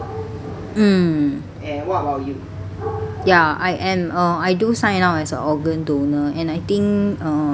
mm ya I am uh I do sign up as a organ donor and I think um